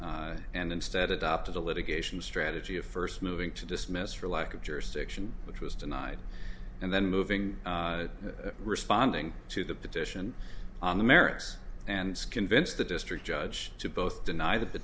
and instead adopted a litigation strategy of first moving to dismiss for lack of jurisdiction which was denied and then moving responding to the petition on the merits and skin vince the district judge to both deny th